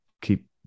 keep